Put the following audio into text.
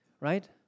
right